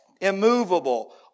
immovable